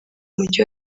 mujyi